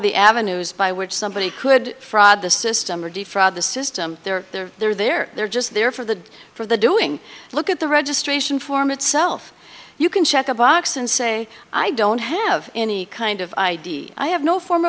of the avenues by which somebody could fraud the system or defraud the system they're there they're there they're just there for the for the doing look at the registration form itself you can check a box and say i don't have any kind of id i have no form